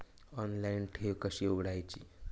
Online ठेव कशी उघडायची?